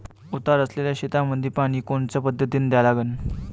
उतार असलेल्या शेतामंदी पानी कोनच्या पद्धतीने द्या लागन?